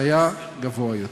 שהיה גבוה יותר.